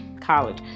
college